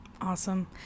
Awesome